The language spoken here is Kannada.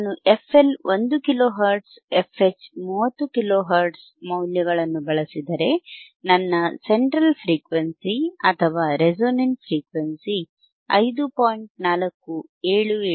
ನಾನು fL 1 kilohertz fH 30 kilohertz ಮೌಲ್ಯಗಳನ್ನು ಬಳಸಿದರೆ ನನ್ನ ಸೆಂಟ್ರಲ್ ಫ್ರೀಕ್ವೆನ್ಸಿ ಅಥವಾ ರೆಸೊನೆಂಟ್ ಫ್ರೀಕ್ವೆನ್ಸಿ 5